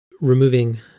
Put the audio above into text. removing